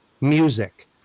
music